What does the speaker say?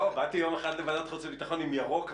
באתי יום אחד לוועדת החוץ והביטחון עם ירוק,